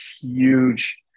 huge